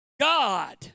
God